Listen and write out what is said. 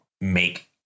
make